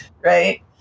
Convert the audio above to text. Right